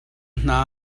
hna